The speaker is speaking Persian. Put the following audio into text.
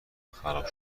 خراب